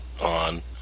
on